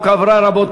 (תיקון, תחילת סעיף 5ב),